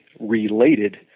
related